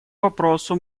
вопросу